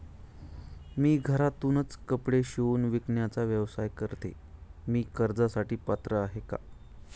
मी घरातूनच कपडे शिवून विकण्याचा व्यवसाय करते, मी कर्जासाठी पात्र आहे का?